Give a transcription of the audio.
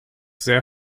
sehr